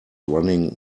running